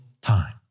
time